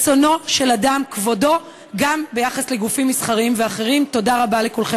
וליצור מציאות שבה מציעים עוד ועוד פרסומות ועוד ועוד רעיונות לאדם לרכוש,